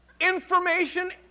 information